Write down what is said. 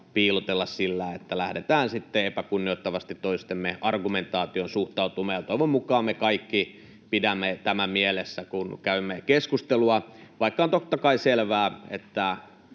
piilotella sillä, että lähdetään sitten epäkunnioittavasti toistemme argumentaatioon suhtautumaan. Toivon mukaan me kaikki pidämme tämän mielessä, kun käymme keskustelua, vaikka on totta kai selvää, että